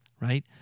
right